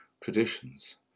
traditions